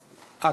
לא לא,